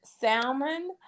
salmon